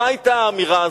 מה היתה האמירה הזאת?